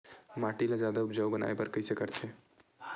माटी ला जादा उपजाऊ बनाय बर कइसे करथे?